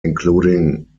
including